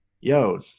yo